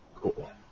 cool